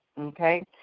okay